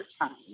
time